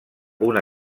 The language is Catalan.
una